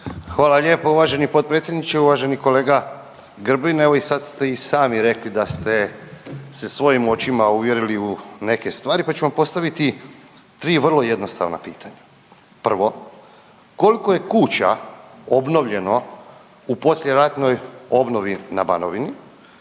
Hvala lijepo uvaženi potpredsjedniče. Uvaženi kolega Grbin, evo i sad ste i sami rekli da ste se svojim očima uvjerili u neke stvari, pa ću vam postaviti 3 vrlo jednostavna pitanja. Prvo, koliko je kuća obnovljeno u poslijeratnoj obnovi na Banovini,